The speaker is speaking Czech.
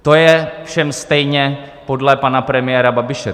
To je všem stejně podle pana premiéra Babiše.